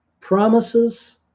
promises